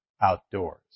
outdoors